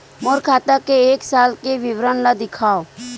मोर खाता के एक साल के विवरण ल दिखाव?